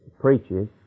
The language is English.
preaches